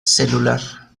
celular